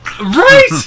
Right